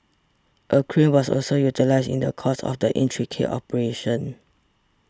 a crane was also utilised in the course of the intricate operation